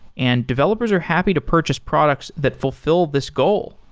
and developers are happy to purchase products that fulfill this goal.